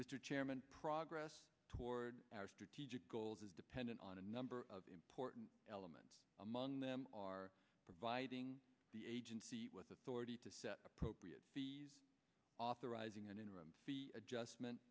mr chairman progress toward our strategic goals is dependent on a number of important elements among them are providing the agency with authority to set appropriate authorizing an interim adjustment